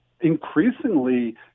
increasingly